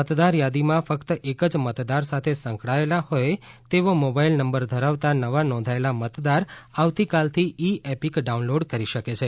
મતદારયાદીનાં ફકત એક જ મતદાર સાથે સંકળાયેલાં હોય તેવો મોબાઈલ નંબર ધરાવતા નવા નોંધાયેલા મતદાર આવતીકાલથી ઈ એપિક ડાઉનલોડ કરી શકે છે